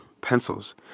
pencils